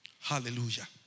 Hallelujah